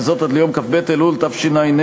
וזאת עד ליום כ"ב אלול התשע"ה,